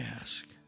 ask